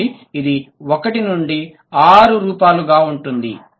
కాబట్టి ఇది 1 2 3 4 5 6 రూపాలులగా ఉంటుంది